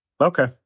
Okay